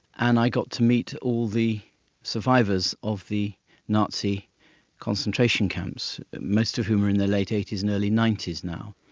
and i got to meet all the survivors of the nazi concentration camps, most of whom are in their late eighty s and early ninety s now.